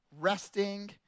resting